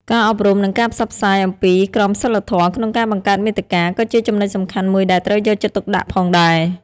ការអប់រំ និងការផ្សព្វផ្សាយអំពីក្រមសីលធម៌ក្នុងការបង្កើតមាតិកា ក៏ជាចំណុចសំខាន់មួយដែលត្រូវយកចិត្តទុកដាក់ផងដែរ។